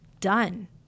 done